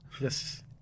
Yes